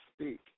speak